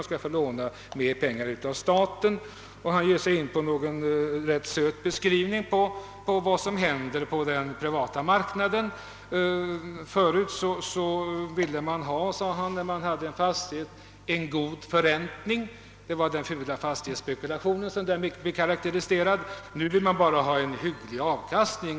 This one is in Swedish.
De skulle alltså få låna mer pengar av staten. Herr Gustafsson gav sig in på en ganska söt beskrivning av vad som händer på den privata marknaden. Tidigare ville man ha en god förräntning, sade herr Gustafsson — det var alltså den fula fastighetsspekulationen som där blev betygsatt. Nu vill man ha en hygglig avkastning.